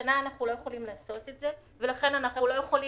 השנה אנחנו לא יכולים לעשות את זה ואנחנו לא יכולים